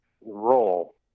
role